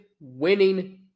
winning